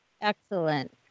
Excellent